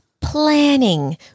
planning